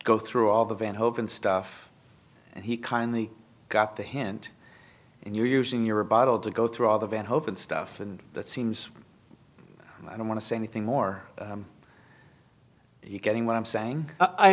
go through all the van hope and stuff and he kind the got the hint and you're using your bottle to go through all that and hope and stuff and it seems i don't want to say anything more you're getting what i'm saying i